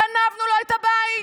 גנבנו לו את הבית.